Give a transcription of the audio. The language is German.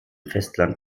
festland